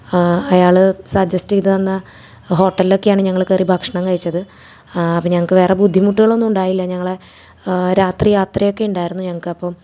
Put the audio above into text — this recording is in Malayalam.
അയാൾ സജസ്റ്റ് ചെയ്ത്ന്ന ഹോട്ടലിലൊക്കെയാണ് ഞങ്ങൾ കയറി ഭക്ഷണം കഴിച്ചത് അപ്പം ഞങ്ങൾക്ക് വേറെ ബുദ്ധിമുട്ടുകളൊന്നുവുണ്ടായില്ല ഞങ്ങളെ രാത്രി യാത്രയൊക്കെ ഉണ്ടായിരുന്നു ഞങ്ങൾക്ക് അപ്പം